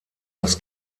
das